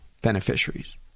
beneficiaries